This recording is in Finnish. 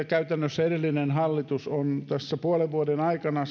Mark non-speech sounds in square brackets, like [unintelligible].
[unintelligible] käytännössä edellinen hallitus on tässä puolen vuoden aikana [unintelligible]